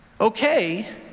okay